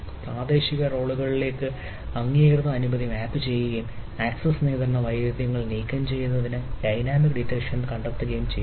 പ്രാദേശിക റോളുകളിലേക്ക് അംഗീകൃത അനുമതി മാപ്പുചെയ്യുകയും ആക്സസ്സ് നിയന്ത്രണ വൈരുദ്ധ്യങ്ങൾ നീക്കംചെയ്യുന്നത് ഡൈനാമിക് ഡിറ്റക്ഷൻ കണ്ടെത്തുകയും ചെയ്യുക